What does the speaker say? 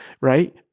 right